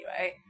right